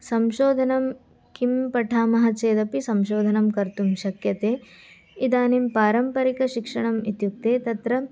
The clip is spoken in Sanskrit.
संशोधनं किं पठामः चेदपि संशोधनं कर्तुं शक्यते इदानीं पारम्परिकशिक्षणम् इत्युक्ते तत्र